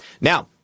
Now